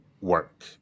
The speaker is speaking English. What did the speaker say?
work